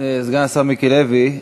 סגן השר מיקי לוי.